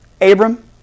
Abram